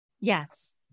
Yes